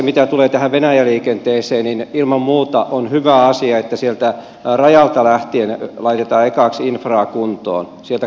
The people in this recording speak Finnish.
mitä tulee tähän venäjä liikenteeseen ilman muuta on hyvä asia että sieltä rajalta lähtien laitetaan ensiksi infraa kuntoon sieltä kaakkois suomesta ja itä suomesta